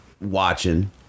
watching